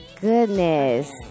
goodness